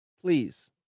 please